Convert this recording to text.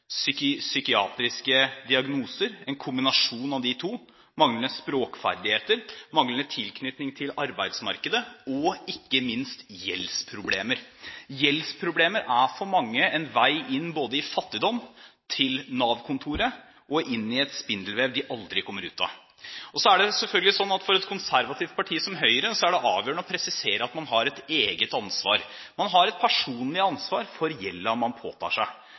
diagnoser, en kombinasjon av de to, manglende språkferdigheter, manglende tilknytning til arbeidsmarkedet og ikke minst gjeldsproblemer. Gjeldsproblemer er for mange en vei inn både i fattigdom, til Nav-kontoret og inn i et spindelvev de aldri kommer ut av. Så er det selvfølgelig slik at for et konservativt parti som Høyre er det avgjørende å presisere at man har et eget ansvar. Man har et personlig ansvar for gjelden man påtar seg,